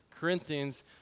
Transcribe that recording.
Corinthians